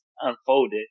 unfolded